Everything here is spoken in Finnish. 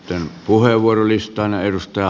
sitten puheenvuorolistaan